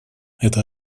это